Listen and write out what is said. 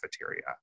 cafeteria